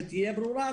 שתהיה ברורה,